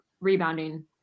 rebounding